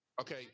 Okay